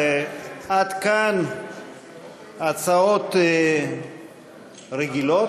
עד כאן הצעות רגילות.